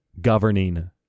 governing